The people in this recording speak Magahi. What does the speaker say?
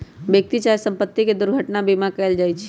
व्यक्ति चाहे संपत्ति के दुर्घटना बीमा कएल जाइ छइ